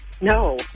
No